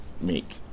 make